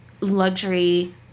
luxury